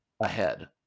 ahead